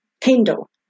Kindle